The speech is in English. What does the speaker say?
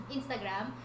Instagram